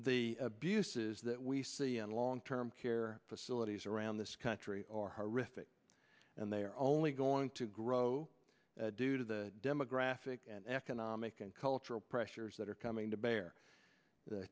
the abuses that we see in long term care facilities around this country are horrific and they are only going to grow due to the demographic and economic and cultural pressures that are coming to bear the